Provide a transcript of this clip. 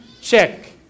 check